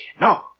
no